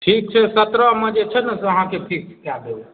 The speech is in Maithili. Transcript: ठीक छै सतरहमे जे छै ने से अहाँके फिक्स कऽ देबै